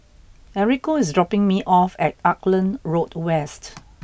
Enrico is dropping me off at Auckland Road West